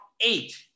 eight